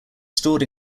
stored